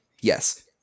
Yes